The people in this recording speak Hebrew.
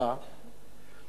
ראיתי לא מעט